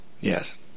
Yes